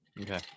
okay